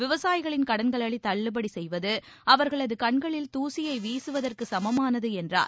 விவசாயிகளின் கடன்களை தள்ளுபடி செய்வது அவர்களது கண்களில் தூசியை வீசுவதற்கு சமமானது என்றார்